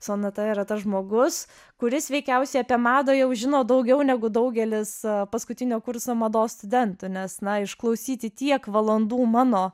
sonata yra tas žmogus kuris veikiausiai apie madą jau žino daugiau negu daugelis paskutinio kurso mados studentų nes na išklausyti tiek valandų mano